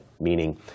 meaning